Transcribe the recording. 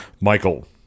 michael